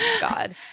God